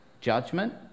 Judgment